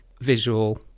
visual